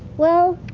well.